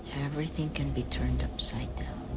everything can be turned upside